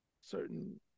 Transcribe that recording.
certain